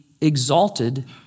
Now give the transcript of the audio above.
exalted